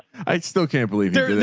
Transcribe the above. i still can't believe